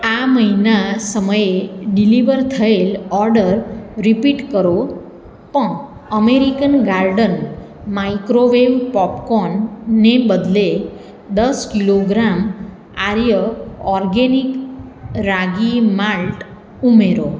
આ મહિના સમયે ડિલિવર થયેલ ઓર્ડર રીપીટ કરો પણ અમેરિકન ગાર્ડન માઈક્રોવેવ પોપકોર્નને બદલે દસ kilogram Arya organic ragi malt ઉમેરો